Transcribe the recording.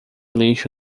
lixo